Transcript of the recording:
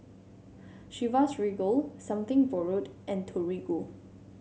Chivas Regal Something Borrowed and Torigo